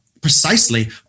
precisely